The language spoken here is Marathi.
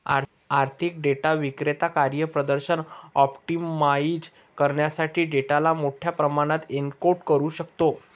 आर्थिक डेटा विक्रेता कार्यप्रदर्शन ऑप्टिमाइझ करण्यासाठी डेटाला मोठ्या प्रमाणात एन्कोड करू शकतो